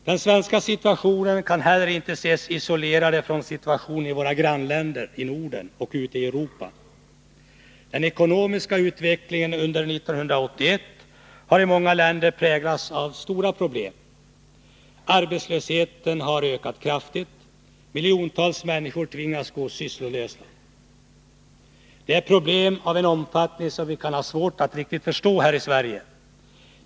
Den svenska situationen kan inte heller ses isolerad från situationen i våra grannländer i Norden och ute i Europa. Den ekonomiska utvecklingen under 1981 har i många länder präglats av stora problem. Arbetslösheten har ökat kraftigt. Miljontals människor tvingas gå sysslolösa. Det är problem av en omfattning som vi kan ha svårt att riktigt förstå här i Sverige.